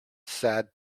sad